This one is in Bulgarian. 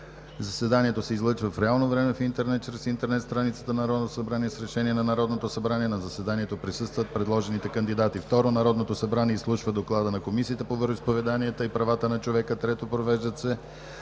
Заседанието се излъчва в реално време чрез интернет страницата на Народното събрание с решение на Народното събрание. На заседанието присъстват предложените кандидати. 2. Народното събрание изслушва доклада на Комисията по вероизповеданията и правата на човека. 3. Провеждат се